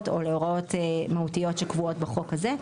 או להוראות מהותיות שקבועות בחוק הזה.